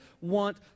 want